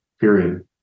period